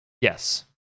Yes